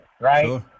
Right